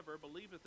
believeth